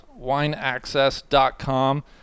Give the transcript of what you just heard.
wineaccess.com